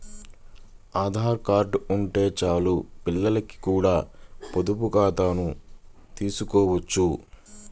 Aadhaar card ఉంటే చాలు పిల్లలకి కూడా పొదుపు ఖాతాను తీసుకోవచ్చు